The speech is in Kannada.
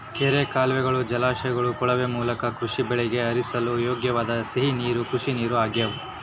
ಕೆರೆ ಕಾಲುವೆಯ ಜಲಾಶಯಗಳ ಕೊಳವೆ ಮೂಲಕ ಕೃಷಿ ಬೆಳೆಗಳಿಗೆ ಹರಿಸಲು ಯೋಗ್ಯವಾದ ಸಿಹಿ ನೀರು ಕೃಷಿನೀರು ಆಗ್ಯಾವ